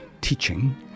teaching